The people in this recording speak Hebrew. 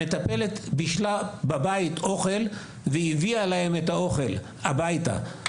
אז המטפלת בישלה בבית שלה אוכל והביאה להם אוכל הביתה.